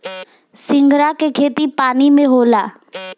सिंघाड़ा के खेती पानी में होला